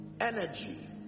energy